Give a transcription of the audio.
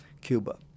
Cuba